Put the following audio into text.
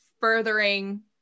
furthering